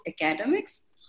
academics